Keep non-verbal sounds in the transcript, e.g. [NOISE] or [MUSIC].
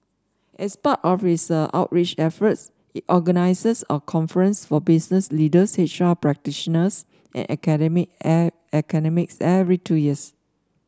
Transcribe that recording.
as part of its outreach efforts it organises a conference for business leaders H R practitioners and [UNINTELLIGIBLE] academics every two years